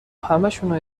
همشونو